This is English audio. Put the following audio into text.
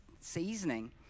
seasoning